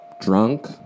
Drunk